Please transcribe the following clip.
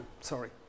Sorry